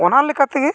ᱚᱱᱟ ᱞᱮᱠᱟ ᱛᱮᱜᱮ